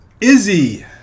Izzy